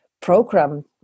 program